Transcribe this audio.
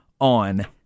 on